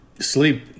sleep